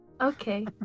okay